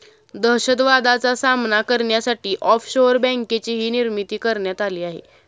दहशतवादाचा सामना करण्यासाठी ऑफशोअर बँकेचीही निर्मिती करण्यात आली आहे